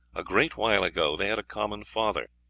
a great while ago, they had a common father,